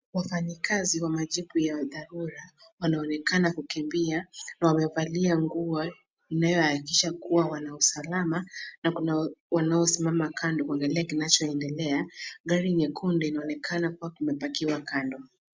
Wafanyikazi wa majibu ya dharura wanaonekana kukimbia na wamevalia nguo inayohakikisha kuwa wana usalama na kuna wanaosimama kando kuangalia kinachoendelea. Gari nyekundu linaonekana kuwa limepakiwa kando.